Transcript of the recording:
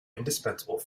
indispensable